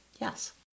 Yes